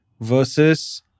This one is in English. versus